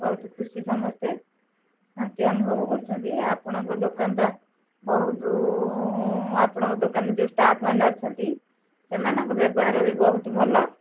ବହୁତ ଖୁସି ସମସ୍ତେ ଶାନ୍ତି ଅନୁଭବ କରୁଛନ୍ତି ଆପଣଙ୍କ ଦୋକାନଟା ବହୁତ ଆପଣଙ୍କ ଦୋକାନରେ ଯେଉଁ ଷ୍ଟାପ୍ ମାନେ ଅଛନ୍ତି ସେମାନଙ୍କ ବ୍ୟବହାର ବି ବହୁତ ଭଲ